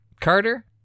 Carter